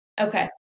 Okay